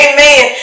Amen